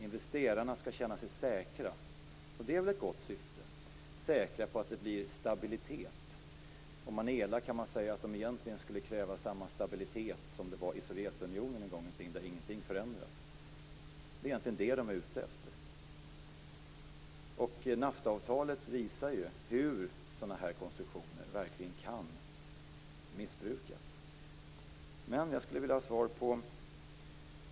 Investerarna skall kunna känna sig säkra - och det är ett gott syfte - på att det blir en stabilitet. Om man vill vara elak kan man säga att de egentligen skulle kräva samma stabilitet som det en gång var i Sovjetunionen där ingenting förändrades. Det är egentligen detta de är ute efter. NAFTA-avtalet visar hur sådan här konstruktioner verkligen kan missbrukas.